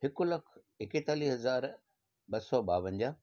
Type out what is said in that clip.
हिकु लख एकतालीह हज़ार ॿ सौ ॿावंजाह